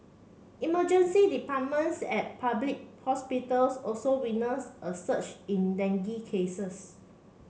emergency departments at public hospitals also witness a surge in dengue cases